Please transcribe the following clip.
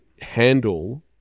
handle